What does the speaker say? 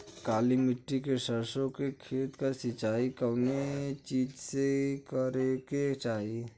काली मिट्टी के सरसों के खेत क सिंचाई कवने चीज़से करेके चाही?